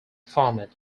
format